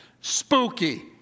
spooky